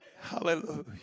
Hallelujah